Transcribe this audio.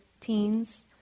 teens